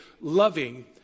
loving